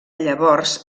llavors